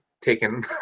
taken